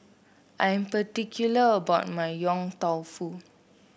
I'm particular about my Yong Tau Foo